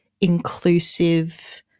inclusive